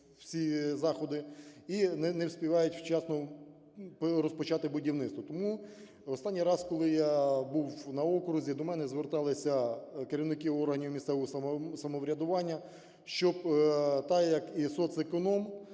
всі заходи і не вспівають вчасно розпочати будівництво. Тому в останній раз, коли я був на окрузі, до мене зверталися керівники органів місцевого самоврядування, щоб так, як і соцеконом,